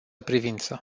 privință